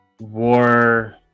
war